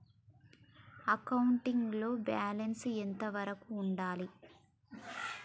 Accounting లో balance ఎంత వరకు ఉండాలి?